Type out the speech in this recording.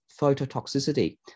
phototoxicity